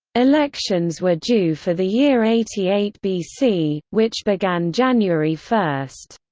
elections were due for the year eighty eight bc, which began january first.